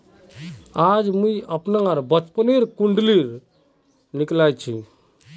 आज मुई अपनार बचपनोर कुण्डली निकली छी